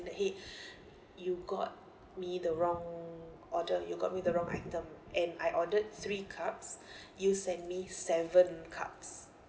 that !hey! you got me the wrong order you got me the wrong item and I ordered three cups you send me seven cups